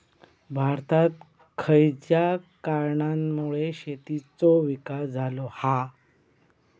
भारतात खयच्या कारणांमुळे शेतीचो विकास झालो हा?